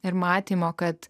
ir matymo kad